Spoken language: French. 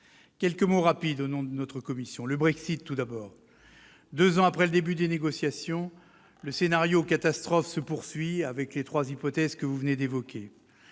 les relations internationales. Le Brexit, tout d'abord. Deux ans après le début des négociations, le scénario catastrophe se poursuit, avec les trois hypothèses que vous venez d'évoquer.